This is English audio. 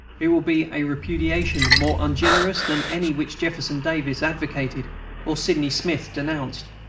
it will be a repudiation more ungenerous than any which jefferson davis advocated or sydney smith denounced.